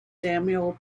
samuel